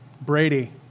Brady